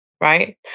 right